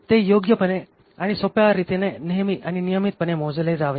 ते योग्यपणे आणि सोप्या रीतीने नेहमी आणि नियमितपणे मोजले जावे